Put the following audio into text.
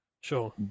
Sure